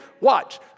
watch